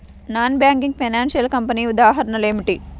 Non banking financial కంపెనీల ఉదాహరణలు ఏమిటి?